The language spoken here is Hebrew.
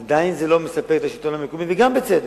עדיין, זה לא מספק את השלטון המקומי, וגם כן בצדק.